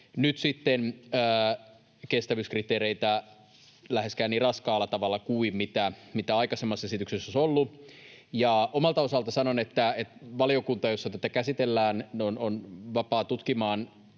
nyt kestävyyskriteereitä läheskään niin raskaalla tavalla kuin mitä aikaisemmassa esityksessä olisi ollut. Omalta osaltani sanon, että valiokunta, jossa tätä käsitellään, on vapaa tutkimaan,